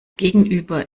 gegenüber